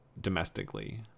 Domestically